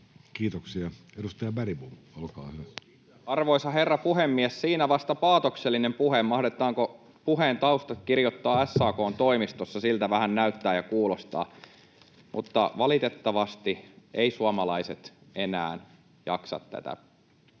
muuttamisesta Time: 17:32 Content: Arvoisa herra puhemies! Siinä vasta paatoksellinen puhe. Mahdetaanko puheen taustat kirjoittaa SAK:n toimistossa? Siltä vähän näyttää ja kuulostaa, mutta valitettavasti suomalaiset eivät enää jaksa tätä